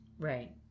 Right